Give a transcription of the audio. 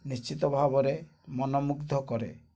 ନିଶ୍ଚିତ ଭାବରେ ମନମୁଗ୍ଧ କରେ